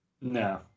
No